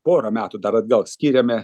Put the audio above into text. porą metų dar atgal skiriame